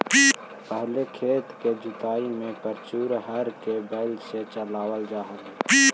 पहिले खेत के जुताई में प्रयुक्त हर के बैल से चलावल जा हलइ